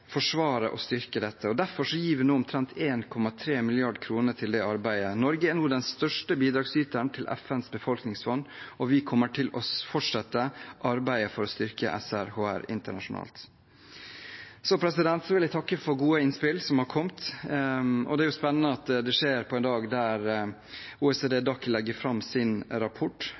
og styrker dette. Derfor gir vi nå omtrent 1,3 mrd. kr til det arbeidet. Norge er nå den største bidragsyteren til FNs befolkningsfond, og vi kommer til å fortsette arbeidet for å styrke SRHR internasjonalt. Jeg vil takke for gode innspill som har kommet, og det er spennende at det skjer på en dag der OECD DAC legger fram sin rapport.